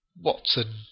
watson